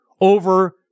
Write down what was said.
over